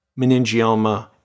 meningioma